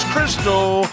Crystal